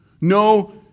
no